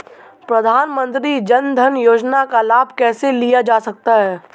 प्रधानमंत्री जनधन योजना का लाभ कैसे लिया जा सकता है?